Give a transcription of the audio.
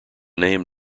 name